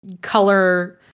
color